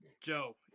Joe